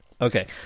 Okay